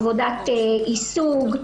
עבודת יישוג,